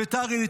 בית"ר עילית,